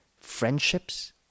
friendships